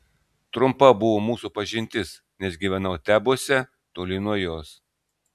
trumpa buvo mūsų pažintis nes gyvenau tebuose toli nuo jos